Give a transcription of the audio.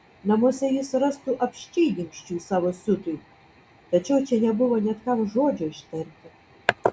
namuose jis rastų apsčiai dingsčių savo siutui tačiau čia nebuvo net kam žodžio ištarti